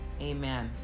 Amen